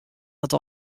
wat